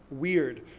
weird.